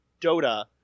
Dota